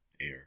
air